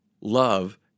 Love